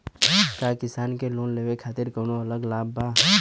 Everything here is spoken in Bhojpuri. का किसान के लोन लेवे खातिर कौनो अलग लाभ बा?